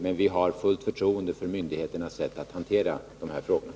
Men vi har fullt förtroende för myndighetens sätt att hantera de här frågorna.